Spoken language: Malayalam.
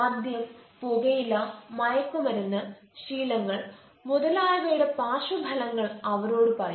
മദ്യം പുകയില മയക്കുമരുന്ന് ശീലങ്ങൾ മുതലായവയുടെ പാർശ്വഫലങ്ങൾ അവരോട് പറയും